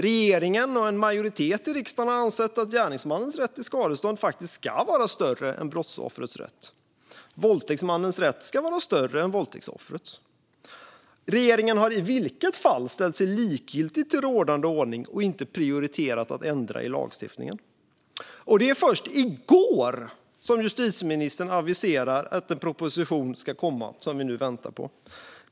Regeringen och en majoritet i riksdagen har ansett att gärningsmannens rätt till skadestånd faktiskt ska vara större än brottsoffrets rätt, att våldtäktsmannens rätt ska vara större än våldtäktsoffrets. Regeringen har i vilket fall ställt sig likgiltig till rådande ordning och har inte prioriterat att ändra lagstiftningen. Det var först i går som justitieministern aviserade att det ska komma en proposition, som vi nu väntar på.